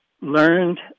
Learned